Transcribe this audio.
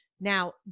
Now